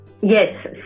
Yes